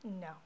No